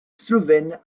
slovène